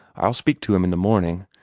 i'll speak to him in the morning.